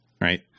right